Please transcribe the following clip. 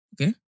Okay